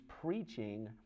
preaching